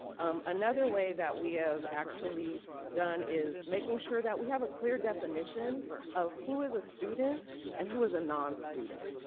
um another way that we have actually done is making sure that we have a clear definition of who is a student and who is a non-student.